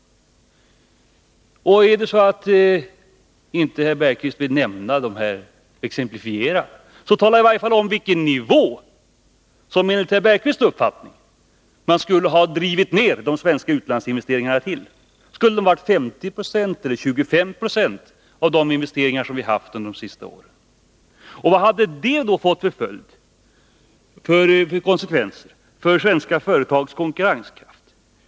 Och om det är så att Jan Bergqvist inte vill exemplifiera, så bör han i varje fall tala om till vilken nivå man enligt hans uppfattning borde ha drivit ner de svenska utlandsinvesteringarna. Skulle de ha varit 50 96 eller 25 96 av de investeringar som vi haft under de senaste åren? Vilka konsekvenser hade detta då fått för svenska företags konkurrenskraft?